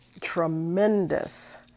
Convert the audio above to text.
tremendous